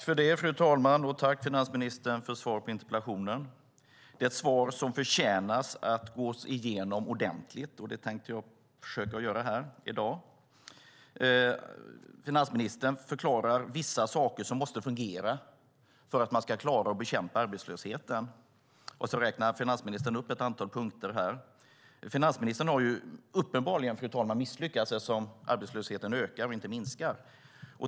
Fru talman! Jag tackar finansministern för svaret på interpellationen. Det är ett svar som förtjänar att gås igenom ordentligt, och det tänker jag försöka göra. Finansministern förklarar att vissa saker måste fungera för att man ska klara att bekämpa arbetslösheten. Sedan räknar finansministern upp ett antal punkter. Men finansministern har uppenbarligen misslyckats eftersom arbetslösheten ökar och inte minskar.